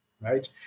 right